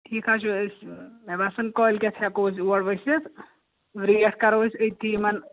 ٹھیٖک حظ چھُ أسۍ مےٚ باسان کٲلۍ کٮ۪تھ ہٮ۪کو أسۍ اور ؤسِتھ ریٹ کَرو أسۍ أتی یِمَن